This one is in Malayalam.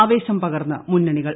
ആവേശം പകർന്ന് മുന്നണികൾ